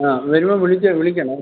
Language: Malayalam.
ആ വരുമ്പം വിളിച്ച് വിളിക്കണം